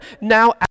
now